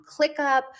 ClickUp